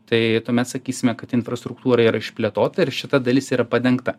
tai tuomet sakysime kad infrastruktūra yra išplėtota ir šita dalis yra padengta